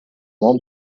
von